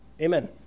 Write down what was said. Amen